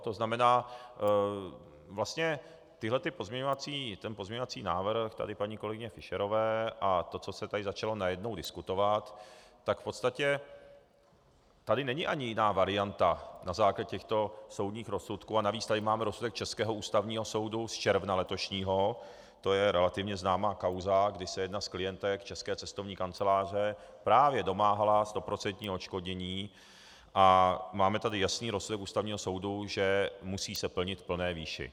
To znamená, vlastně ten pozměňovací návrh paní kolegyně Fischerové a to, co se tady začalo najednou diskutovat, tak v podstatě tady není ani jiná varianta na základě těchto soudních rozsudků a navíc tady máme rozsudek českého Ústavního soudu z června letošního, to je relativně známá kauza, kdy se jedna z klientek české cestovní kanceláře právě domáhala stoprocentního odškodnění, a máme tady jasný rozsudek Ústavního soudu, že musí se plnit v plné výši.